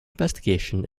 investigation